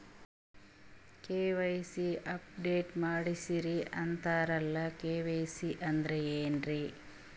KYC update ಮಾಡಸ್ರೀ ಅಂತರಲ್ಲ KYC ಅಂದ್ರ ಏನ್ರೀ?